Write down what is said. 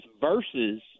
versus